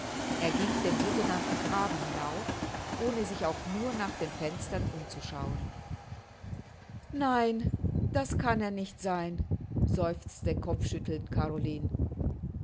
er ging den sogenannten graben hinauf ohne sich auch nur nach den fenstern umzuschauen nein das kann er nicht sein seufzte kopfschüttelnd caroline